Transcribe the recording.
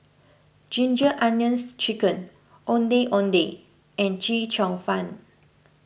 Ginger Onions Chicken Ondeh Ondeh and Chee Cheong Fun